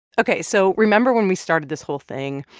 ok, so remember when we started this whole thing,